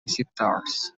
visitors